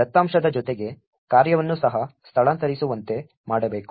ಆದ್ದರಿಂದ ದತ್ತಾಂಶದ ಜೊತೆಗೆ ಕಾರ್ಯವನ್ನು ಸಹ ಸ್ಥಳಾಂತರಿಸುವಂತೆ ಮಾಡಬೇಕು